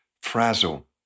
Frazzle